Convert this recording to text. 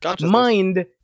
mind